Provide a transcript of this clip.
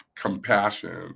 compassion